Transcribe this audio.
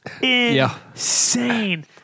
insane